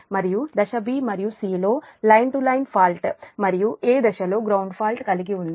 మరియు దశ b' మరియు 'c' లో లైన్ టు లైన్ ఫాల్ట్ మరియు a దశలో గ్రౌండ్ ఫాల్ట్ కలిగి ఉంది